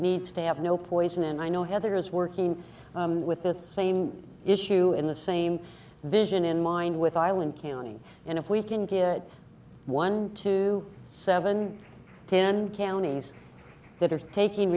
needs to have no poison and i know heather is working with the same issue in the same vision in mind with eileen county and if we can get one to seven ten counties that are taking